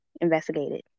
investigated